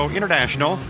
International